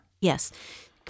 Yes